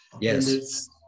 Yes